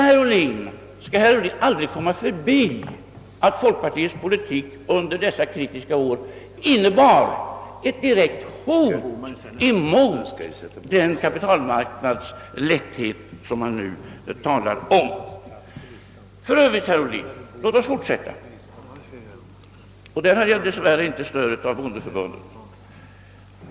Herr Ohlin kan aldrig komma förbi att folkpartiets politik under dessa kritiska år innebar ett direkt hot mot den kapitalmarknadslätthet som han nu talar om. Låt oss sedan fortsätta, herr Ohlin, och tala om en annan åtgärd, beträffande vilken jag dock dess värre inte hade något stöd av bondeförbundet.